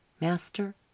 Master